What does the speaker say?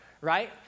right